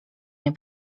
nie